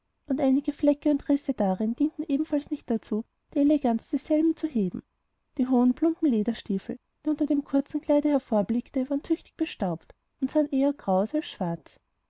und einige flecken und risse darin dienten ebenfalls nicht dazu die eleganz desselben zu heben die hohen plumpen lederstiefel die unter dem kurzen kleide hervorblickten waren tüchtig bestaubt und sahen eher grau als schwarz